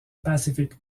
pacific